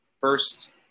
First